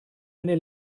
eine